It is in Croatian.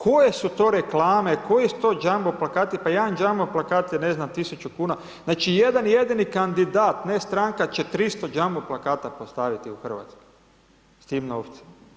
Koje su to reklame, koji su to jumbo plakati, pa jedan jumbo plakat je ne znam, tisuću kuna, znači jedan jedini kandidat, ne stranka, će 300 jumbo plakata postaviti u Hrvatskoj s tim novcem.